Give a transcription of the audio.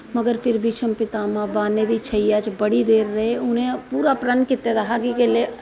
मगर फिर बी भीष्म पितामह् बाणें दी शैय्या च बड़ी देर रेह् उनें अपना पूरा प्रण कीता दा हा कि जिसलै